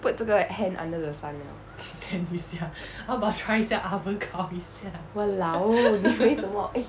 put 这个 hand under the sun liao !walao! 你以为什么 eh